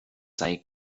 sei